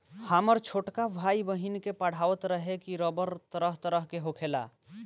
हामर छोटका भाई, बहिन के पढ़ावत रहे की रबड़ तरह तरह के होखेला